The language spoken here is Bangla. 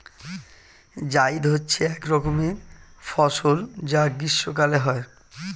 জায়িদ হচ্ছে এক রকমের ফসল যা গ্রীষ্মকালে হয়